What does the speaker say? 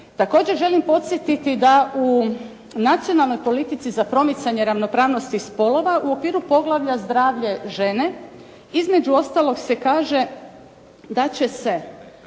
Također želim podsjetiti da u nacionalnoj politici za promicanje ravnopravnosti spolova u okviru poglavlja – zdravlje žene između ostalog se kaže da će se